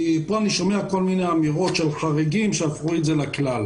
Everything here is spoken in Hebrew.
אני שומע כל מיני אמירות של חריגים שהפכו את זה לכלל.